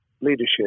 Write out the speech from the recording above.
leadership